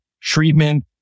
treatment